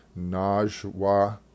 Najwa